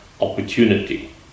opportunity